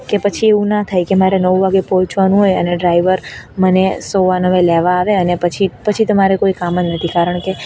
કે પછી એવું ના થાય કે મારે નવ વાગે પહોંચવાનું હોય અને ડ્રાઇવર મને સવા નવે લેવા આવે અને પછી પછી તમારે કોઈ કામ જ નથી કારણ કે